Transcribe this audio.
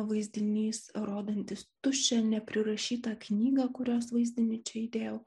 vaizdinys rodantis tuščią neprirašytą knygą kurios vaizdinį čia įdėjau